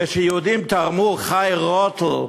כשיהודים תרמו ח"י רוטל,